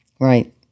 Right